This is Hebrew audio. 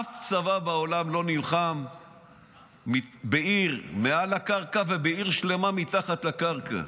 אף צבא בעולם לא נלחם בעיר מעל הקרקע ובעיר שלמה מתחת לקרקע.